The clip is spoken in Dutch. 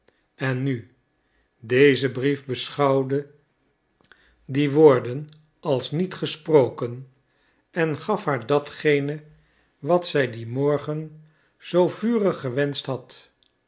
en nu deze brief beschouwde die woorden als niet gesproken en gaf haar datgene wat zij dien morgen zoo vurig gewenscht had